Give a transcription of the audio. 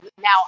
now